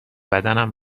بدنم